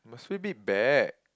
must we bid bear